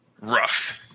rough